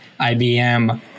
IBM